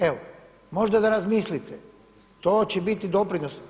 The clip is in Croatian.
Evo, možda da razmislite, to će biti doprinos.